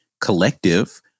collective